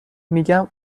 میگم